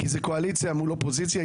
כי זו קואליציה מול אופוזיציה,